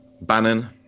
Bannon